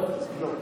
אני אגיד לך.